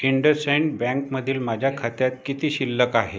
इंडसएंड बँकमधील माझ्या खात्यात किती शिल्लक आहे